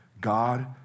God